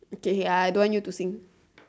okay I I don't want you to sing